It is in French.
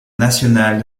national